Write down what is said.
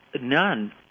none